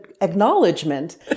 acknowledgement